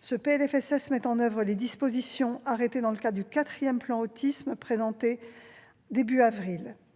Ce projet de loi met en oeuvre les dispositions arrêtées dans le cadre du quatrième plan Autisme présenté au début du